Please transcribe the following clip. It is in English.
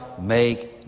make